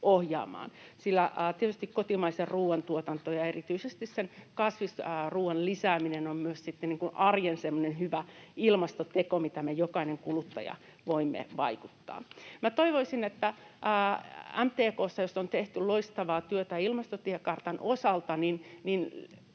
sillä tietysti kotimaisen ruuan tuotanto ja erityisesti kasvisruuan lisääminen on myös niin kuin arjen semmoinen hyvä ilmastoteko, millä me jokainen kuluttaja voimme vaikuttaa. Toivoisin, että MTK:ssa, jossa on tehty loistavaa työtä ilmastotiekartan osalta,